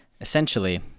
essentially